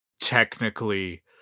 technically